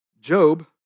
Job